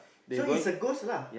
so is a ghost lah